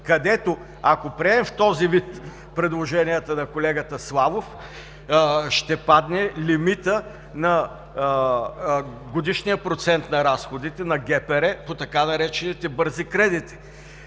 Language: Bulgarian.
където, ако приемем в този вид предложенията на колегата Славов, ще падне лимитът на годишния процент на разходите, на ГПР по така наречените „бързи кредити“.